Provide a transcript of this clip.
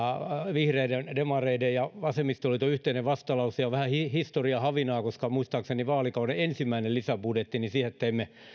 vihreiden demareiden ja vasemmistoliiton yhteinen vastalause ja vähän historian havinaa koska muistaakseni vaalikauden ensimmäiseen lisäbudjettiin